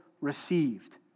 received